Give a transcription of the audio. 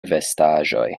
vestaĵoj